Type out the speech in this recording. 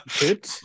Good